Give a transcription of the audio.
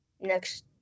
Next